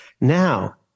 Now